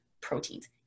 proteins